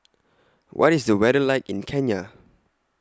What IS The weather like in Kenya